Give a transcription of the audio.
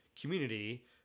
community